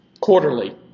Quarterly